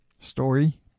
story